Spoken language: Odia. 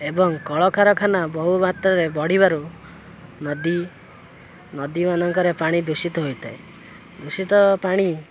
ଏବଂ କଳକାରଖାନା ବହୁ ମାତ୍ରାରେ ବଢ଼ିବାରୁ ନଦୀ ନଦୀମାନଙ୍କରେ ପାଣି ଦୂଷିତ ହୋଇଥାଏ ଦୂଷିତ ପାଣି